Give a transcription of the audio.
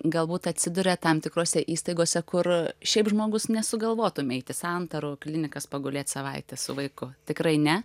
galbūt atsiduria tam tikrose įstaigose kur šiaip žmogus nesugalvotum eiti į santarų klinikas pagulėt savaitę su vaiku tikrai ne